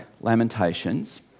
Lamentations